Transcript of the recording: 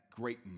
great